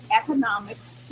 economics